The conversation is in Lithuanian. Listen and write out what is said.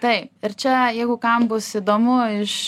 taip ir čia jeigu kam bus įdomu iš